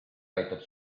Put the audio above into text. aitab